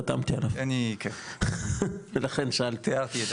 אני חתמתי עליו ולכן שאלתי,